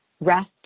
rest